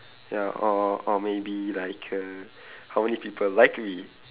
ya or or maybe like err how many people like me